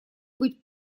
быть